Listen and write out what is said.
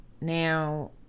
Now